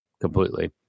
Completely